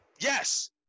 Yes